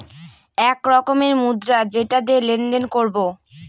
এক রকমের মুদ্রা যেটা দিয়ে লেনদেন করবো